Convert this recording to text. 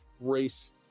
race